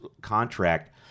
contract